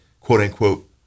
quote-unquote